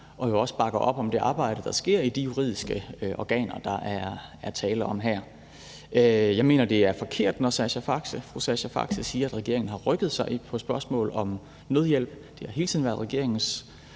og jo også bakker op om det arbejde, der sker i de juridiske organer, der er tale om her. Jeg mener, at det forkert, når fru Sascha Faxe siger, at regeringen har rykket sig på spørgsmålet om nødhjælp; det har hele tiden været regeringens